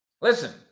Listen